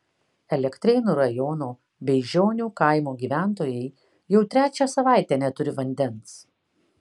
elektrėnų rajono beižionių kaimo gyventojai jau trečią savaitę neturi vandens